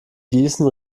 gießen